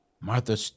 Martha